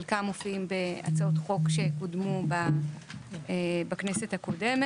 חלקם מופיעים בהצעות חוק שקודמו בכנסת הקודמת.